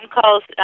calls